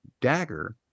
dagger